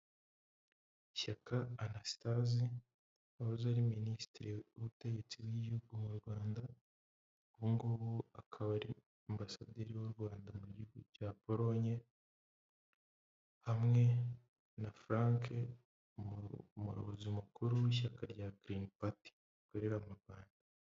Shyaka Anasthase wahoze ari minisitiri w'ubutegetsi bw'Igihugu mu Rwanda, ubu ngubu akaba ari ambasaderi w'u Rwanda mu gihugu cya poronye hamwe na Frank umuyobozi mukuru w'ishyaka rya Green Party rikorera mu Rwanda.